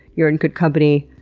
you're in good company,